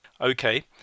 Okay